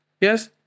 Yes